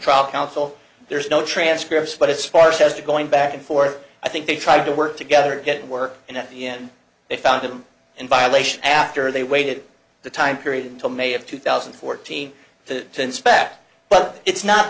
trial counsel there's no transcripts but it's far says they're going back and forth i think they tried to work together to get work and at the end they found him in violation after they waited the time period until may of two thousand and fourteen to inspect but it's not